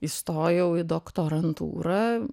įstojau į doktorantūrą